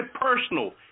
personal